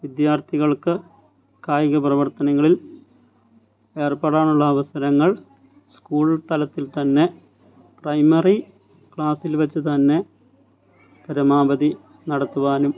വിദ്യാർത്ഥികൾക്ക് കായികപ്രവർത്തനങ്ങളിൽ ഏർപ്പെടാനുള്ള അവസരങ്ങൾ സ്കൂൾ തലത്തിൽത്തന്നെ പ്രൈമറി ക്ലാസ്സിൽവെച്ച് തന്നെ പരമാവധി നടത്തുവാനും